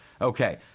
Okay